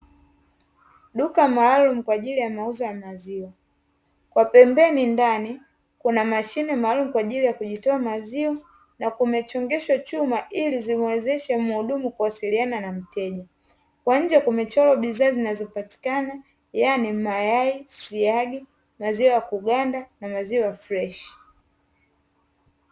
Duka maalumu kwa ajili ya mauzo ya maziwa Kwa pembeni ndani kuna mashine maalumu kwa ajili ya Kujitoa maziwa na kumechongeshwa chuma ili kimuwezeshe mhudumu kuwasiliana na mteja, Kwa nje kumechora bidhaa zinazopatikana yaani mayai, siagi, maziwa ya kuganda na maziwa freshi.